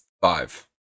five